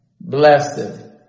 blessed